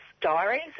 diaries